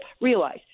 realize